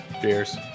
Cheers